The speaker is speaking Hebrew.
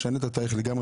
משנה את התאריך לגמרי,